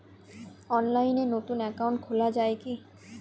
অনলাইনে নতুন একাউন্ট খোলা য়ায় কি?